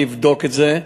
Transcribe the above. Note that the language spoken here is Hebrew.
אני אבדוק את זה.